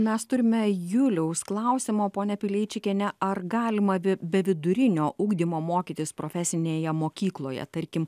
mes turime juliaus klausimą ponia pileičikiene ar galima be be vidurinio ugdymo mokytis profesinėje mokykloje tarkim